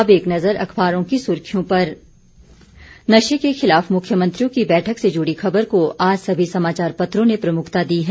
अब एक नजर अखबारों की सुर्खियों पर नशे के खिलाफ मुख्यमंत्रियों की बैठक से जुड़ी खबर को आज सभी समाचारपत्रों ने प्रमुखता दी है